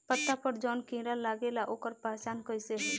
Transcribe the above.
पत्ता पर जौन कीड़ा लागेला ओकर पहचान कैसे होई?